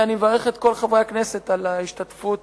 אני מברך את כל חברי הכנסת על ההשתתפות